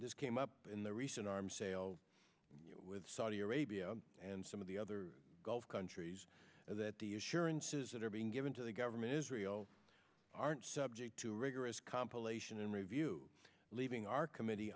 this came up in the recent arms sale with saudi arabia and some of the other gulf countries that the assurances that are being given to the government israel aren't subject to rigorous compilation and review leaving our committee